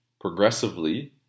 progressively